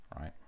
right